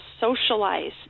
socialize